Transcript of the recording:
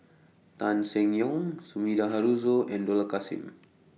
Tan Seng Yong Sumida Haruzo and Dollah Kassim